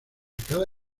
cada